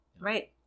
Right